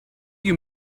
you